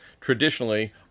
traditionally